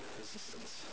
resistance